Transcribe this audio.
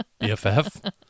BFF